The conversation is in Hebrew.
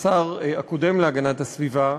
השר הקודם להגנת הסביבה,